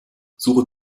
suche